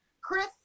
Chris